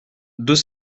deux